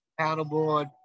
paddleboard